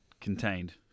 contained